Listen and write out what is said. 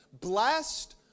blessed